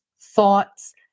thoughts